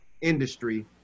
industry